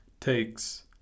takes